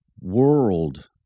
World